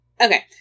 Okay